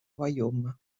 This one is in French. royaume